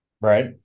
Right